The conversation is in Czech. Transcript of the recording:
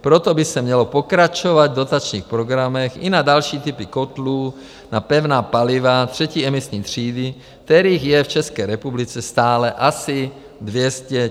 Proto by se mělo pokračovat v dotačních programech i na další typy kotlů na pevná paliva třetí emisní třídy, kterých je v České republice stále asi 200 000.